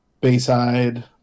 Bayside